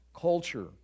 culture